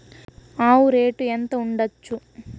ఆవు రేటు ఎంత ఉండచ్చు?